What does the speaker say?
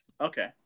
Okay